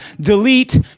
delete